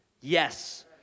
Yes